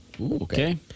Okay